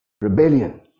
rebellion